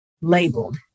Labeled